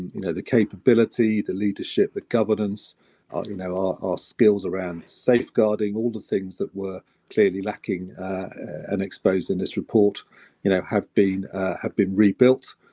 you know the capability, the leadership, the governance, our you know our our skills around safeguarding. all the things that were clearly lacking and exposed in this report, you know have been. have been rebuilt.